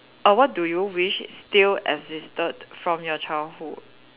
err what do you wish still existed from your childhood